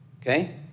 okay